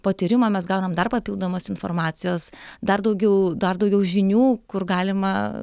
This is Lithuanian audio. po tyrimo mes gaunam dar papildomos informacijos dar daugiau dar daugiau žinių kur galima